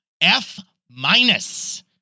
F-minus